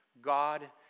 God